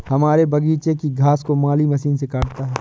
हमारे बगीचे की घास को माली मशीन से काटता है